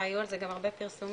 היו על זה גם הרבה פרסומים,